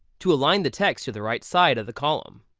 to align the text to the right side of the column.